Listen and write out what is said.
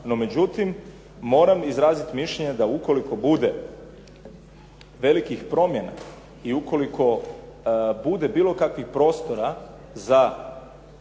no međutim moram izraziti mišljenje da ukoliko bude velikih promjena i ukoliko bude bilo kakvih prostora za